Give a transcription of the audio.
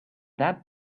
that